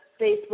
Facebook